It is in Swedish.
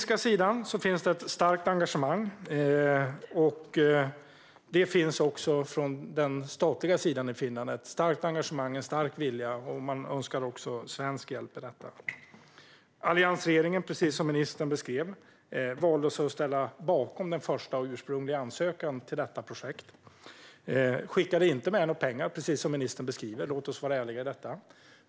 Det finns från den statliga sidan i Finland ett starkt engagemang och en stark vilja, och man önskar svensk hjälp i detta. Alliansregeringen, precis som ministern beskrev, valde att ställa sig bakom den första och ursprungliga ansökan till detta projekt. Man skickade inte med några pengar, precis som ministern beskriver. Låt oss vara ärliga i detta.